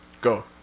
Go